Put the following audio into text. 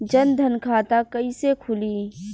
जनधन खाता कइसे खुली?